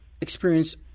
experience